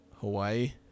Hawaii